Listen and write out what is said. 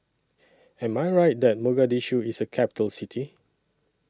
Am I Right that Mogadishu IS A Capital City